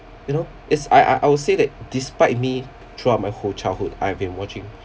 you know it's I I I would say that despite me throughout my whole childhood I've been watching